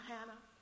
Hannah